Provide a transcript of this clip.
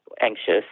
anxious